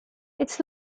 its